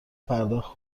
پرداخت